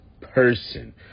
person